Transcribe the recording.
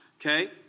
okay